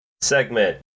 segment